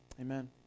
amen